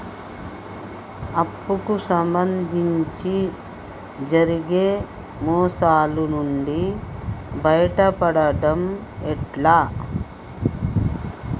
అప్పు కు సంబంధించి జరిగే మోసాలు నుండి బయటపడడం ఎట్లా?